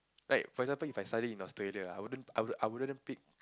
like for example If I study in Australia ah I wouldn't I wouldn't pick